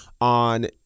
on